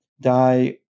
die